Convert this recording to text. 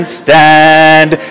stand